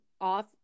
off